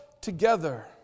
together